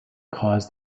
caused